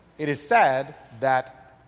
it is sad that,